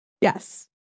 Yes